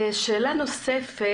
שאלה נוספת.